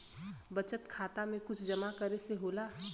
बचत खाता मे कुछ जमा करे से होला?